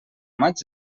maig